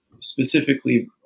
specifically